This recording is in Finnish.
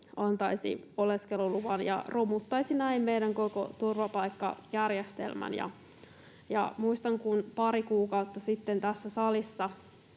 annettaisiin oleskelulupa ja romutettaisiin näin meidän koko turvapaikkajärjestelmä. Muistan, kun pari kuukautta sitten tässä salissa